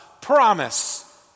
promise